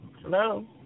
Hello